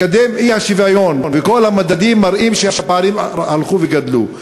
מקדם האי-שוויון וכל המדדים מראים שהפערים הלכו וגדלו.